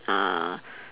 uh